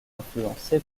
influencé